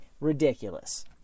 ridiculous